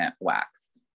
waxed